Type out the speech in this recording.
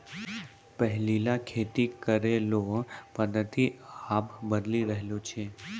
पैहिला खेती करै रो पद्धति आब बदली रहलो छै